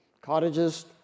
cottages